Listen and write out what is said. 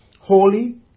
holy